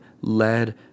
led